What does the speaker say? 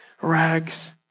rags